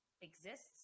exists